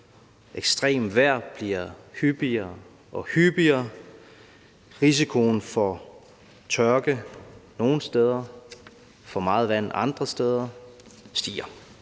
ekstremt vejr er blevet hyppigere og hyppigere, og risikoen for tørke nogle steder og for meget vand andre steder stiger.